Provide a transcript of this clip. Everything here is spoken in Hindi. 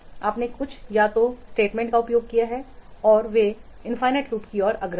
आपने कुछ या तो स्टेटमेंट्स का उपयोग किया है और वे अंततःलूप की ओर अग्रसर हैं